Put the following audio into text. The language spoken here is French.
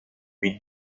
puy